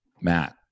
Matt